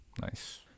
nice